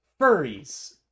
Furries